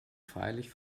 feierlich